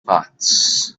parts